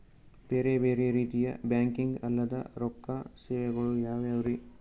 ಬೇರೆ ಬೇರೆ ರೀತಿಯ ಬ್ಯಾಂಕಿಂಗ್ ಅಲ್ಲದ ರೊಕ್ಕ ಸೇವೆಗಳು ಯಾವ್ಯಾವ್ರಿ?